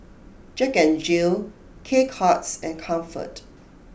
Jack N Jill K Cuts and Comfort